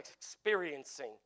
experiencing